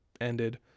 ended